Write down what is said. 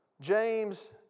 James